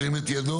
ירים את ידו.